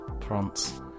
Prance